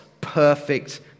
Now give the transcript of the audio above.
perfect